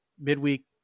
midweek